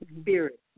spirit